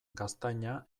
gaztaina